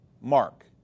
mark